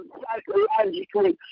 psychologically